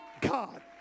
God